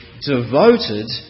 devoted